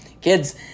kids